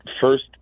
first